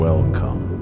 Welcome